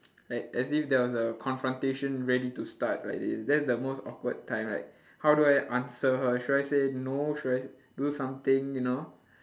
like as if there was a confrontation ready to start like this that's the most awkward time like how do I answer her should I say no should I s~ do something you know